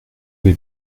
vais